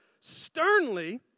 sternly